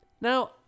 Now